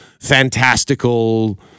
fantastical